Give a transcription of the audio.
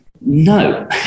no